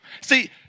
See